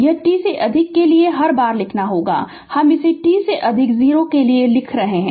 यह t अधिक के लिए है हर बार लिखना होगा हम इसे t से अधिक 0 के लिए लिख रहे हैं